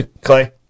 Clay